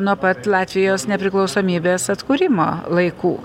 nuo pat latvijos nepriklausomybės atkūrimo laikų